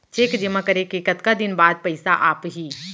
Cheque जेमा करे के कतका दिन बाद पइसा आप ही?